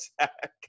sack